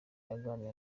aganira